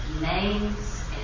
names